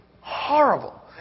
horrible